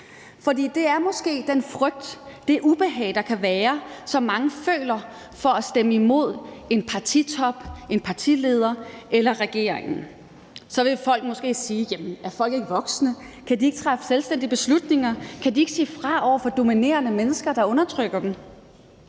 for det er måske den frygt, det ubehag, der kan være, og som mange føler ved at stemme imod en partitop, en partileder eller regeringen. Så vil folk måske sige: Jamen er folk ikke voksne, kan de ikke træffe selvstændige beslutninger, kan de ikke sige fra over for dominerende mennesker, der undertrykker dem?